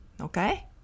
Okay